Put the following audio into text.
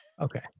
Okay